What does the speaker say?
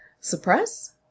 suppress